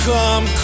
Come